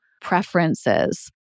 preferences